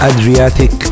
Adriatic